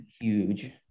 huge